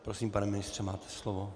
Prosím, pane ministře, máte slovo.